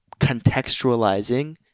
contextualizing